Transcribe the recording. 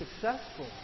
successful